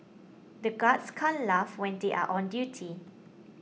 the guards can't laugh when they are on duty